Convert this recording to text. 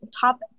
top